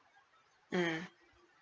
mm